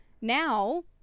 Now